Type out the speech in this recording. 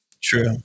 True